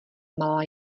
malá